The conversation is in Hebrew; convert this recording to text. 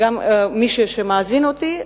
וגם מי שמאזין לי,